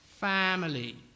family